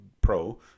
pro